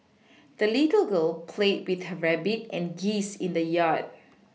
the little girl played with her rabbit and geese in the yard